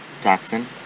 jackson